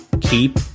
keep